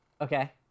okay